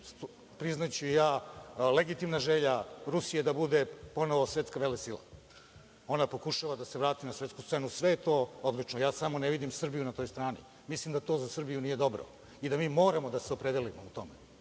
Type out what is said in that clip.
priznaću ja, legitimna želja Rusije da ponovo bude svetska velesila. Ona pokušava da se vrati na svetsku scenu, sve je to odlično, ja samo ne vidim Srbiju na toj strani. Mislim da to za Srbiju nije dobro i da mi moramo da se opredelimo o tome.